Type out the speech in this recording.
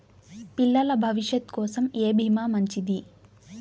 పిల్లల భవిష్యత్ కోసం ఏ భీమా మంచిది?